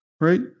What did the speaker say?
right